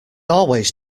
always